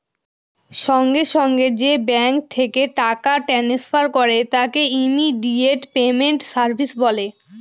সঙ্গে সঙ্গে যে ব্যাঙ্ক থেকে টাকা ট্রান্সফার করে তাকে ইমিডিয়েট পেমেন্ট সার্ভিস বলে